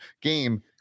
game